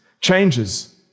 changes